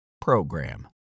program